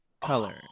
color